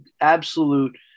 absolute